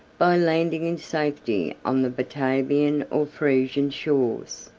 by landing in safety on the batavian or frisian shores.